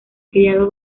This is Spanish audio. criado